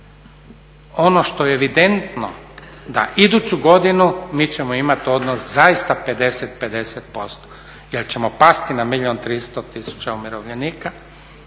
Ono što je evidentno da iduću godinu mi ćemo imati odnos zaista 50-50% jel ćemo pasti na milijun